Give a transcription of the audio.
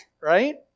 right